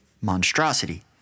monstrosity